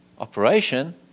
Operation